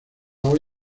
hoy